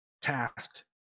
tasked